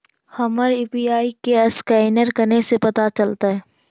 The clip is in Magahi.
हमर यु.पी.आई के असकैनर कने से पता चलतै?